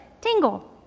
tingle